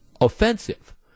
offensive